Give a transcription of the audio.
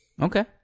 Okay